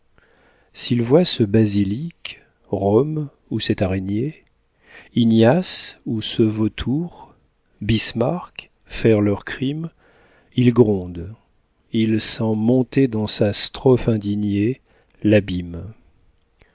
s'il voit ce basilic rome ou cette araignée ignace ou ce vautour bismarck faire leur crime il gronde il sent monter dans sa strophe indignée l'abîme